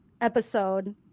episode